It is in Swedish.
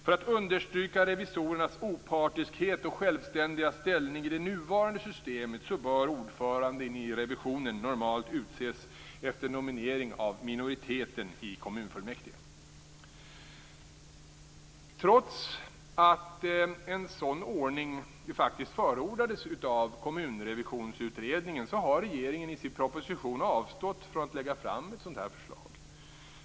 För att understryka revisorernas opartiskhet och självständiga ställning i det nuvarande systemet bör ordföranden i revisionen normalt utses efter nominering av minoriteten i kommunfullmäktige. Trots att en sådan ordning faktiskt enhälligt förordades av Kommunrevisionsutredningen har regeringen i sin proposition avstått från att lägga fram ett sådant förslag.